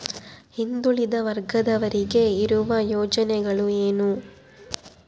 ಹಿಂದುಳಿದ ವರ್ಗದವರಿಗೆ ಇರುವ ಯೋಜನೆಗಳು ಏನು?